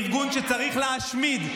ארגון שצריך להשמיד.